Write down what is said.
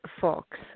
Fox